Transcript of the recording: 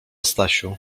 stasiu